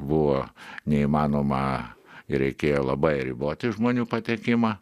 buvo neįmanoma reikėjo labai riboti žmonių patekimą